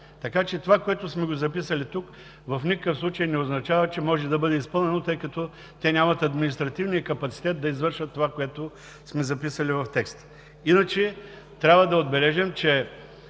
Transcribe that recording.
Така че това, което сме записали тук, в никакъв случай не означава, че може да бъде изпълнено, тъй като те нямат административния капацитет да извършват онова, което сме записали в текста. Иначе трябва да отбележим, че